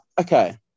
Okay